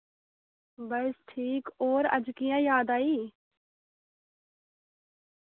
बस ठीक होर अज्ज कि'यां याद आई